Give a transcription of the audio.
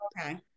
okay